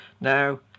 Now